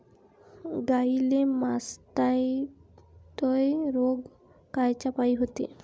गाईले मासटायटय रोग कायच्यापाई होते?